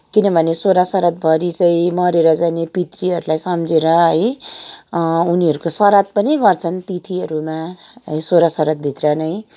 किनभने सोह्र श्राद्धभरि चाहिँ मरेर जाने पितृहरूलाई सम्झिएर है उनीहरूको श्राद्ध पनि गर्छन् तिथिहरूमा है सोह्र श्राद्धभित्र नै